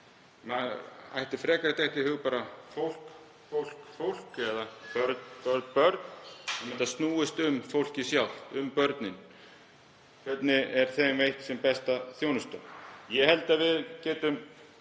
ætti frekar að detta í hug fólk, fólk, fólk eða börn, börn, börn þannig að þetta snúist um fólkið sjálft, um börnin. Hvernig er þeim veitt sem best þjónusta? Ég held að við getum